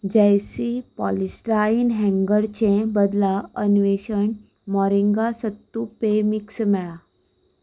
जॅयसी polystyrene हॅंगरचे बदला अन्वेषण मोरिंगा सत्तू पेय मिक्स मेळ्ळां